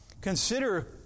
Consider